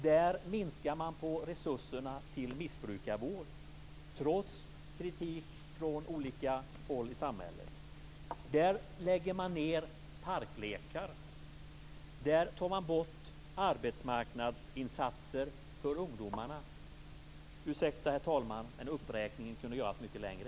Där minskar man på resurserna till missbrukarvård, trots kritik från olika håll i samhället. Där lägger man ned parklekar, där tar man bort arbetsmarknadsinsatser för ungdomarna. Ursäkta, herr talman, men uppräkningen kunde göras mycket längre.